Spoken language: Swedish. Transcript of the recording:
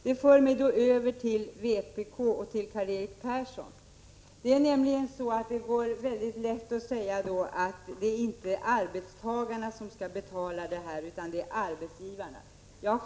Det för mig då över till vpk och Karl-Erik Persson. Det är nämligen väldigt lätt att säga att det inte är arbetstagarna som skall betala arbetstidsförkortningen, utan det skall arbetsgivarna göra.